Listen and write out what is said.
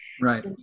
Right